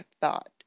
thought